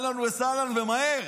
אהלן וסהלן, ומהר.